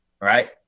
right